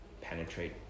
penetrate